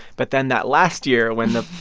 but then that last year, when the,